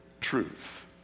truth